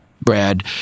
Brad